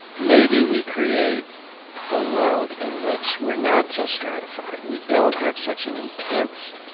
maybe we create a world in which we're not so stratified. we don't have such an intense,